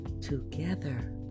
together